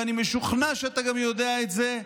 ואני משוכנע שאתה גם יודע את זה,